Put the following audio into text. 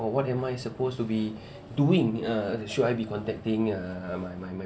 what am I supposed to be doing uh should I be contacting uh my my my